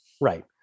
Right